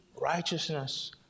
righteousness